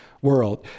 world